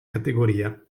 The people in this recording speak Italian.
categoria